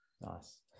nice